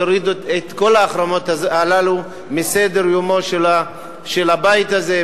להוריד את כל החרמות הללו מסדר-יומו של הבית הזה,